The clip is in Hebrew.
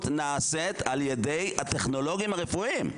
נעשית על ידי הטכנולוגים הרפואיים.